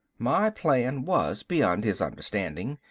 my plan was beyond his understanding.